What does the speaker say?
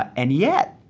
and yet,